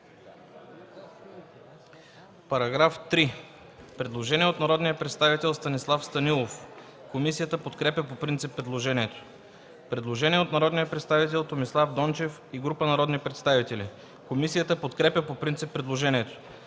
По § 3 има предложение от народния представител Станислав Станилов. Комисията подкрепя по принцип предложението. Предложение от народния представител Томислав Дончев и група народни представители. Комисията подкрепя по принцип предложението.